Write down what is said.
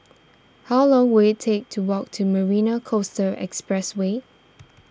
how long will it take to walk to Marina Coastal Expressway